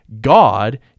God